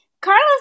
Carlos